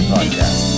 Podcast